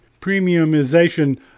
Premiumization